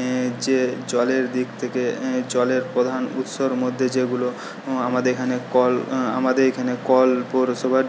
এ যে জলের দিক থেকে জলের প্রধান উৎসর মধ্যে যেগুলো আমাদের এখানে কল আমাদের এখানে কল পৌরসভা